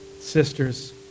sisters